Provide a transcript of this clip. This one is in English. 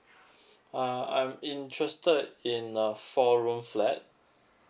uh I'm interested in a four room flat